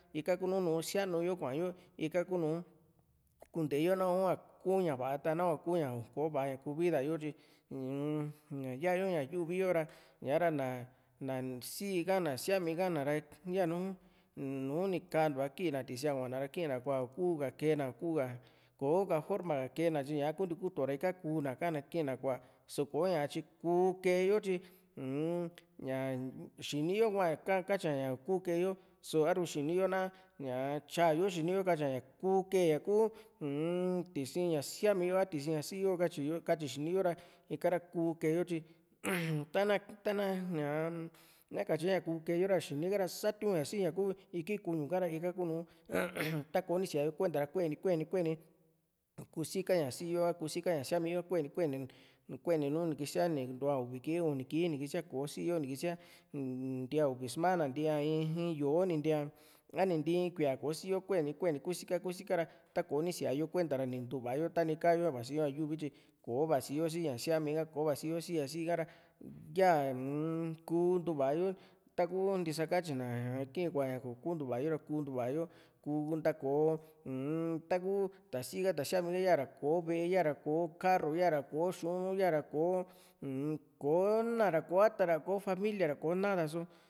kunte yo nahua kuu ña va´a nahua ku ña kò´o va ña ku vida tyi uu ña ya´yo ña yuvi yp ra ña´ra na sii ka na síami ka na ra yanu nnuni kantuá kii na tisi´a kuana ra kina kuaa u´ku ka kena u´kuka kò´o ka forma kena tyi ña kunti kutu ra ika kúna kii´n na kua só ko´ña tyi kú kee´yo tyi uu-n ña xiniyo kuá katyia ña iku kee yo só a´ru xini yo na ñá tyayo xiniyo katyia na kuu kee ñaku uu-n tisi ña síami yo a tisi ña sii´yo katyiyo katyi xini yo ra ikara kú kee yo tyi ta´na ta´na nakatye ña kú keeyo ra xinika ra satiu´n ña siña ku iki kuñu ka´ra ika kunu takoni sía´yo kuenta ra kueni kueni kusika ña sii yo a kusika ña síami yo kurni kueni nu ni kísia ni ntuá uvi kii uni kii ni kísia ko sii yo ni kísia ni nti´a uvi sumana ni ntía in yó´o a ni ntii kuía kò´o si´yo kueni kusika kusika ra tako ni sía yo kuenta ra ni ntuva´yo tani ka´yo vasiyo ña yuvi tyi ko vasi yo si´ña síami kò´o vasi yo si ña sii ka´ra yaa uu-m kú ntuva yo taku ntisa katyi na kii kué ña koku ntuva yo ra kuu ntuva yo kuu nta´ko uu-n taku ta sii ka ta síami ha yara kò´o ve´e yara kò´o karru yara k ´o xu´un nu yara kò´o u-n kò´o ná ra kò´o ata ra ko familia ra ko´na ra só